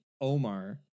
Omar